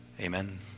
amen